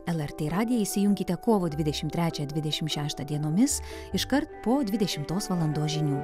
lrt radiją įsijunkite kovo dvidešimt trečią dvidešimt šeštą dienomis iškart po dvidešimtos valandos žinių